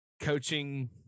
coaching